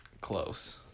close